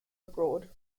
abroad